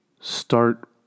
Start